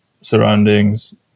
surroundings